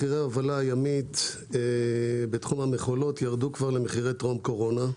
מחירי ההובלה הימית בתחום המכולות ירדו כבר למחירי טרום קורונה?